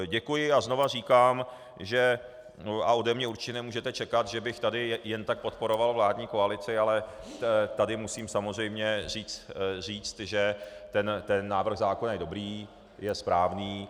Děkuji a znova říkám, že ode mě určitě nemůžete čekat, že bych tady jen tak podporoval vládní koalici, ale tady musím samozřejmě říct, že tento návrh zákona je dobrý, je správný.